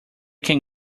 can